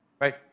right